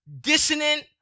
dissonant